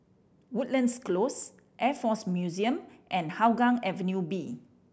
Woodlands Close Air Force Museum and Hougang Avenue B